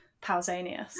Pausanias